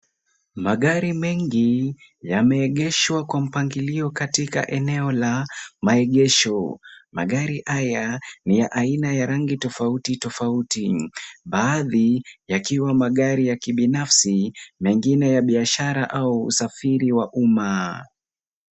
Magari mengi yameegeshwa kwa mpangilio katika eneo la maegesho. Magari haya ni ya aina ya rangi tofauti tofauti, baadhi yakiwa magari ya kibinafsi, mengine ya biashara au usafiri wa umma.